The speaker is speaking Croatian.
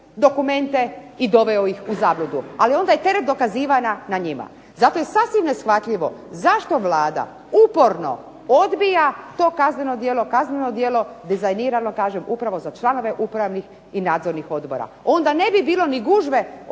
dokumente i doveo ih u zabludu. Ali onda je teret dokazivanja na njima. Zato je sasvim neshvatljivo zašto Vlada uporno odbija to kazneno djelo, kazneno djelo dizajnirano kažem upravo za članove upravnih i nadzornih odbora. Onda ne bi bilo ni gužve